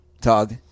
Tug